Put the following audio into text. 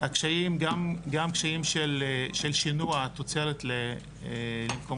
הקשיים הם גם קשיים של שינוע תוצרת למקומות